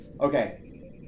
Okay